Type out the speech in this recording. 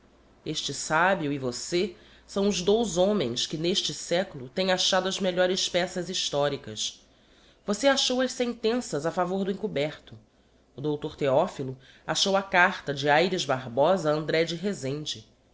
este sabio e vossê são os dous homens que n'este seculo tem achado as melhores peças historicas vossê achou as sentenças a favor do encoberto o doutor theophilo achou a carta de ayres barbosa a andré de rezende